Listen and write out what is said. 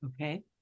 Okay